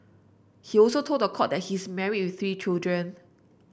he also told the court that he's married with three children